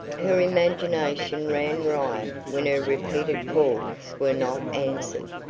her imagination ran riot when her repeated calls were not answered.